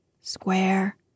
square